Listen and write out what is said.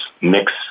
mix